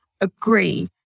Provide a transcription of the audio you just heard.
agree